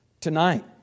tonight